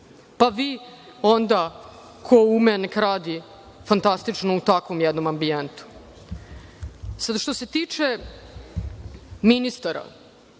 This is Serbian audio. Pa, vi onda, ko ume, neka radi fantastično u takvom jednom ambijentu. Što